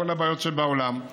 כל הבעיות שבעולם.